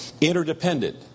interdependent